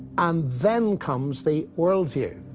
and then comes the worldview.